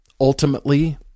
Ultimately